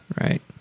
right